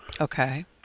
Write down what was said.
Okay